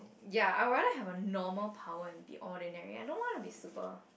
ya I will rather have a normal power and be ordinary I don't want to be super